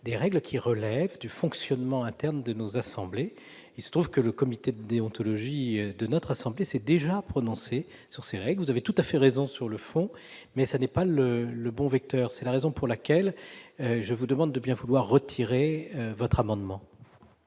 des règles qui relèvent du fonctionnement interne de nos assemblées. Il se trouve que le comité de déontologie de notre assemblée s'est déjà prononcé sur ces règles. Mon cher collègue, vous avez tout à fait raison sur le fond, mais votre amendement n'est pas le bon vecteur. C'est la raison pour laquelle je vous demande de bien vouloir le retirer. Quel est